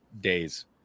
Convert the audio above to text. days